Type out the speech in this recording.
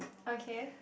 okay